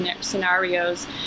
scenarios